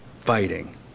fighting